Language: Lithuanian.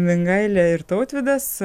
mingailė ir tautvydas